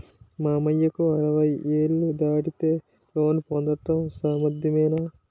మామయ్యకు అరవై ఏళ్లు దాటితే లోన్ పొందడం సాధ్యమేనా?